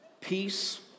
Peace